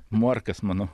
morkas manau